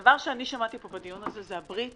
הדבר שאני שמעתי פה בדיון הזה הוא הברית